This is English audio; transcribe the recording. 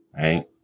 right